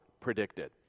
predicted